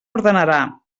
ordenarà